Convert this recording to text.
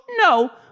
No